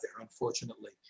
unfortunately